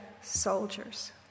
soldiers